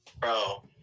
Bro